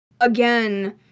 again